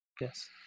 Yes